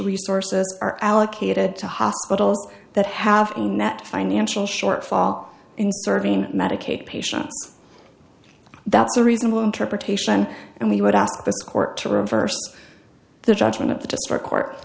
resources are allocated to hospitals that have a net financial shortfall in serving medicaid patients that's a reasonable interpretation and we would ask the court to reverse the judgment of the district court